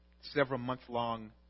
several-month-long